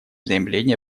заявление